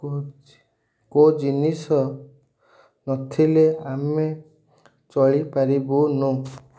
କୋ କୋଉ ଜିନିଷ ନଥିଲେ ଆମେ ଚଳିପାରିବୁନୁ